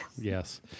Yes